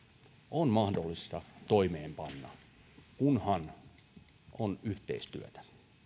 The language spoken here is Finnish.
on mahdollista toimeenpanna kunhan on yhteistyötä